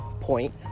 point